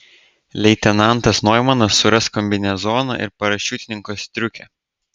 leitenantas noimanas suras kombinezoną ir parašiutininko striukę